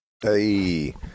Hey